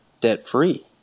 debt-free